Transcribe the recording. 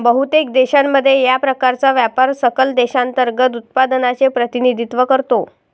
बहुतेक देशांमध्ये, या प्रकारचा व्यापार सकल देशांतर्गत उत्पादनाचे प्रतिनिधित्व करतो